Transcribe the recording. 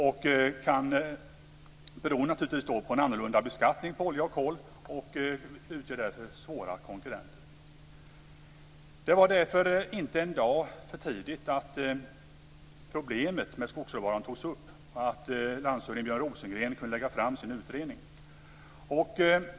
Det beror naturligtvis på en annorlunda beskattning på olja och kol. Konkurrensen är därför hård. Det var inte en dag för tidigt att problemet med skogsråvaran togs upp och att landshövding Björn Rosengren kunde lägga fram sin utredning.